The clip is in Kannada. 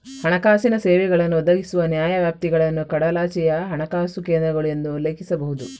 ಹಣಕಾಸಿನ ಸೇವೆಗಳನ್ನು ಒದಗಿಸುವ ನ್ಯಾಯವ್ಯಾಪ್ತಿಗಳನ್ನು ಕಡಲಾಚೆಯ ಹಣಕಾಸು ಕೇಂದ್ರಗಳು ಎಂದು ಉಲ್ಲೇಖಿಸಬಹುದು